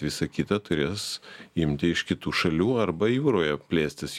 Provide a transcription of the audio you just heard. visa kita turės imti iš kitų šalių arba jūroje plėstis